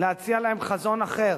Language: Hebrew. להציע להם חזון אחר,